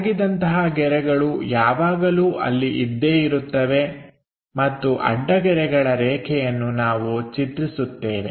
ಅಡಗಿದಂತಹ ಗೆರೆಗಳು ಯಾವಾಗಲೂ ಅಲ್ಲಿ ಇದ್ದೇ ಇರುತ್ತವೆ ಮತ್ತು ಅಡ್ಡಗೆರೆಗಳ ರೇಖೆಯನ್ನು ನಾವು ಚಿತ್ರಿಸುತ್ತೇವೆ